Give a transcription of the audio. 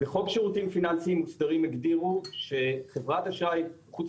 בחוק שירותים פיננסיים מוסדרים הגדירו שחברת אשראי חוץ